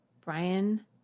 Brian